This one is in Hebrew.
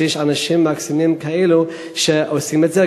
שיש אנשים מקסימים כאלו שעושים את זה.